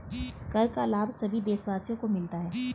कर का लाभ सभी देशवासियों को मिलता है